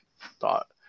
thought